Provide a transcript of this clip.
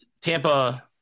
Tampa